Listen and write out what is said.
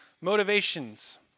motivations